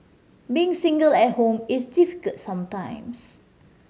being single at home is difficult sometimes